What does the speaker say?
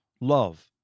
love